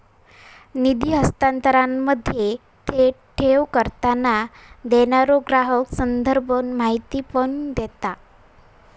निधी हस्तांतरणामध्ये, थेट ठेव करताना, देणारो ग्राहक संदर्भ माहिती पण देता